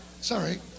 sorry